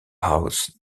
house